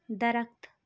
درخت